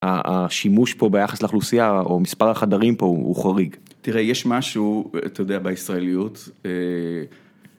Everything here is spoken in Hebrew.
השימוש פה ביחס לאוכלוסייה או מספר החדרים פה הוא חריג תראה יש משהו אתה יודע בישראליות